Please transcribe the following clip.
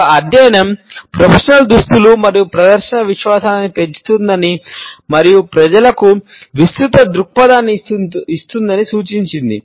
ఒక అధ్యయనం ప్రొఫెషనల్ దుస్తులు మరియు ప్రదర్శన విశ్వాసాన్ని పెంచుతుందని మరియు ప్రజలకు విస్తృత దృక్పథాన్ని ఇస్తుందని సూచించింది